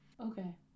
Okay